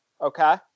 Okay